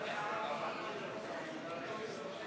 המשותפת וקבוצת